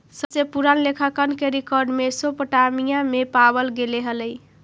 सबसे पूरान लेखांकन के रेकॉर्ड मेसोपोटामिया में पावल गेले हलइ